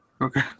Okay